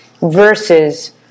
versus